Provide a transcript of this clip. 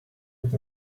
with